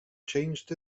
changed